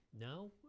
no